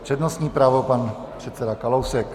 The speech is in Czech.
Přednostní právo, pan předseda Kalousek.